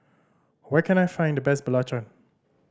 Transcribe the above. where can I find the best belacan